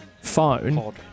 phone